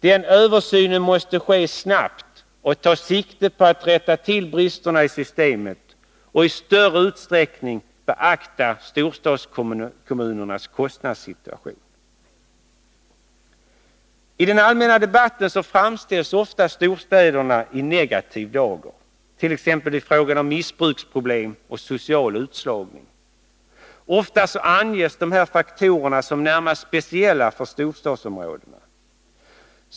Den översynen måste ske snabbt och ta sikte på att rätta till bristerna i systemet och i större utsträckning beakta storstadskommunernas kostnadssituation. I den allmänna debatten framställs ofta storstäderna i negativ dager, t.ex. i fråga om missbruksproblem och social utslagning. Ofta anges dessa faktorer som närmast speciella för storstadsområdena.